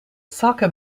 soca